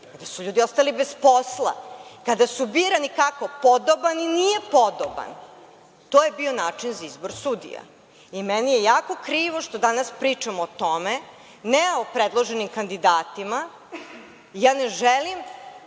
kada su ljudi ostali bez posla, kada su birani, kako, podoban i nije podoban. To je bio način za izbor sudija. I, meni je jako krivo što danas pričamo o tome, ne o predloženim kandidatima, ja ne želim